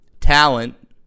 talent